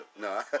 no